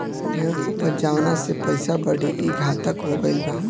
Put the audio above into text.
ढेर उपज जवना से पइसा बढ़ी, ई घातक हो गईल बा